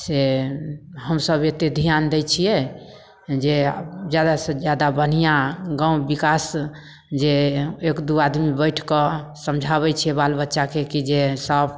से हमसभ एतेक धिआन दै छिए जे जादासँ जादा बढ़िआँ गाम विकास जे एक दुइ आदमी बैठिकऽ समझाबै छिए बाल बच्चाके कि जे साफ